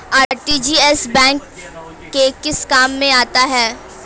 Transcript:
RTGS bank के किस काम में आता है?